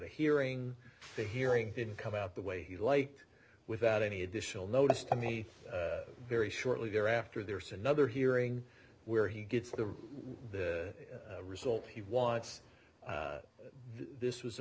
a hearing the hearing didn't come out the way he liked without any additional notice to me very shortly thereafter there's another hearing where he gets the result he wants this was a